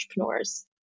entrepreneurs